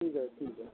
ठीक आहे ठीक आहे